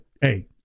hey